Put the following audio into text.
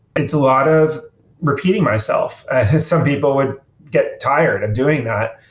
it's a lot of repeating myself, as some people would get tired of doing that.